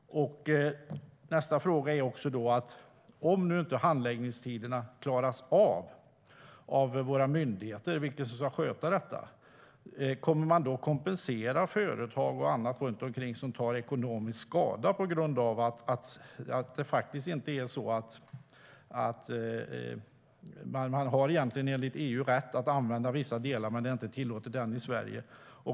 Nästa fråga är: Om våra myndigheter, som ska sköta detta, inte klarar av handläggningstiderna, kommer man då att kompensera företag och andra som lider ekonomisk skada? Enligt EU har man egentligen rätt att använda vissa delar, men det är inte tillåtet än i Sverige.